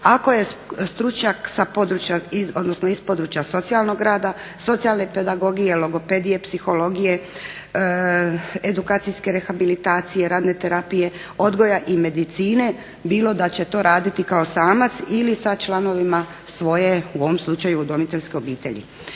odnosno iz područja socijalnog rada, socijalne pedagogije, logopedije, psihologije, edukacijske rehabilitacije, radne terapije, odgoja i medicine bilo da će to raditi kao samac ili sa članovima svoje u ovom slučaju udomiteljske obitelji.